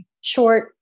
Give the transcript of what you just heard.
short